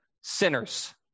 sinners